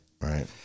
Right